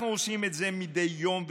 אנחנו עושים זאת מדי יום,